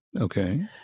Okay